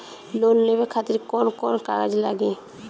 Loan लेवे खातिर कौन कौन कागज लागी?